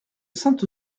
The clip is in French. saint